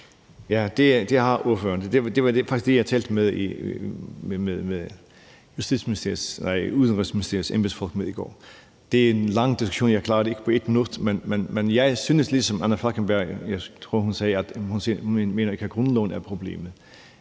Ja, det har ordføreren. Det var faktisk det, jeg talte med Udenrigsministeriets embedsfolk om i går. Det er en lang diskussion, og jeg klarer det ikke på 1 minut, men ligesom Anna Falkenberg synes jeg ikke, at det er grundloven, der er problemet.